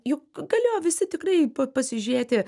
juk galėjo visi tikrai pasižiūrėti